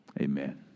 Amen